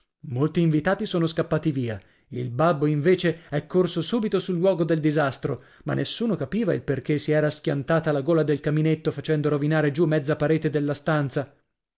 molti invitati sono scappati via il babbo invece è corso subito sul luogo del disastro ma nessuno capiva il perché si era schiantata la gola del caminetto facendo rovinare giù mezza parete della stanza